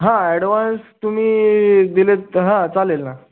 हां अॅडवान्स तुम्ही दिले आहेत हां चालेल ना